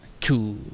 Cool